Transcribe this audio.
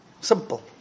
Simple